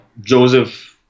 Joseph